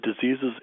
diseases